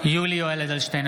(קורא בשמות חברי הכנסת) יולי יואל אדלשטיין,